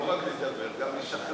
לא רק לדבר, גם לשכנע.